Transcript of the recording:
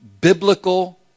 biblical